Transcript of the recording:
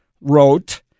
wrote